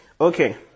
Okay